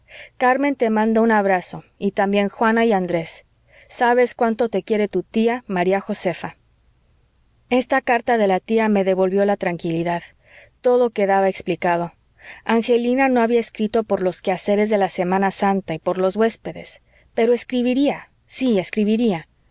carmen te manda un abrazo y también juana y andrés sabes cuánto te quiere tu tía maría josefa esta carta de la tía me devolvió la tranquilidad todo quedaba explicado angelina no había escrito por los quehaceres de la semana santa y por los huéspedes pero escribiría sí escribiría